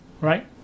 Right